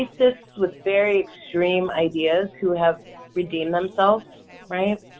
racists, with very extreme ideas who have redeemed themselves right,